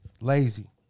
lazy